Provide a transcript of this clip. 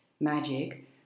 magic